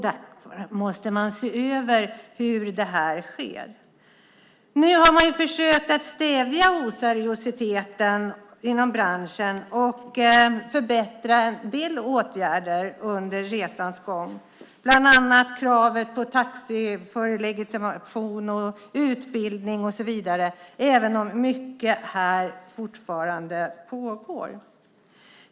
Därför måste man se över hur detta sker. Nu har man försökt att stävja oseriös verksamhet inom branschen och vidta en del åtgärder för att förbättra detta under resans gång. Det handlar bland annat om kravet på taxiförarlegitimation, utbildning och så vidare, även om mycket fortfarande pågår.